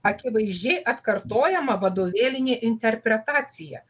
akivaizdžiai atkartojama vadovėlinė interpretacija